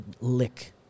lick